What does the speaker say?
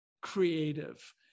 creative